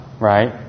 right